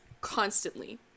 constantly